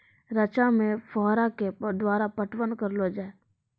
रचा मे फोहारा के द्वारा पटवन करऽ लो जाय?